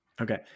okay